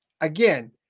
Again